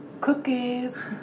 cookies